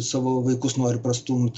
savo vaikus nori prastumt